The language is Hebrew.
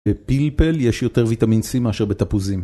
בפלפל יש יותר ויטמין סי מאשר בתפוזים.